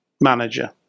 manager